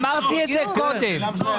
אמרתי את זה קודם.